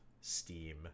Steam